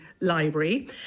library